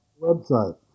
website